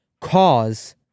cause